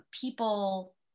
people